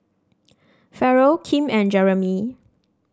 Ferrell Kim and Jeremey